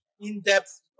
in-depth